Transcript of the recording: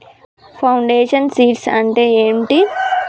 Foundation seeds అంటే ఏంటి?